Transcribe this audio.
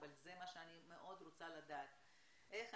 אבל זה מה שאני מאוד רוצה לדעת,